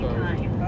time